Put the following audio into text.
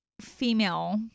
female